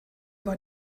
war